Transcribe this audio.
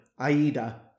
Aida